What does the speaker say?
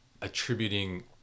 attributing